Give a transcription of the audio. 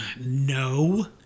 No